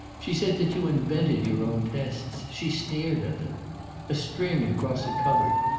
she said that you invented your own tests. she sneered at them a string across a cupboard!